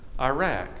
Iraq